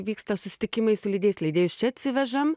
vyksta susitikimai su leidėjais leidėjus čia atsivežam